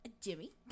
Jimmy